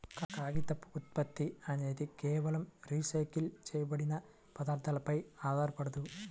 కాగితపు ఉత్పత్తి అనేది కేవలం రీసైకిల్ చేయబడిన పదార్థాలపై ఆధారపడదు